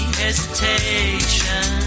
hesitation